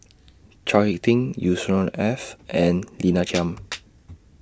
Chao Hick Tin Yusnor Ef and Lina Chiam